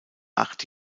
acht